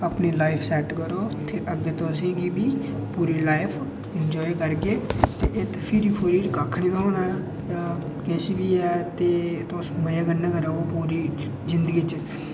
अपनी life set करो अग्गें तुस बी पूरी लाइफ एंजाय करगे ते फिरी फुरियै कक्ख निं थ्होना ते किश बी ऐ तुस मजे कन्नै करो पूरी जिंदगी च